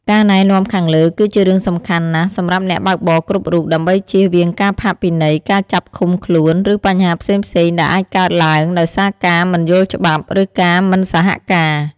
ការណែនាំខាងលើ គឺជារឿងសំខាន់ណាស់សម្រាប់អ្នកបើកបរគ្រប់រូប ដើម្បីជៀសវាងការផាកពិន័យ ការចាប់ឃុំខ្លួន ឬបញ្ហាផ្សេងៗដែលអាចកើតឡើងដោយសារការមិនយល់ច្បាប់ ឬការមិនសហការ។